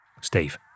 Steve